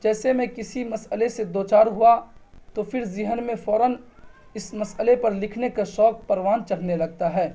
جیسے میں کسی مسئلے سے دو چار ہوا تو پھر ذہن میں فوراً اس مسئلے پر لکھنے کا شوق پروان چڑھنے لگتا ہے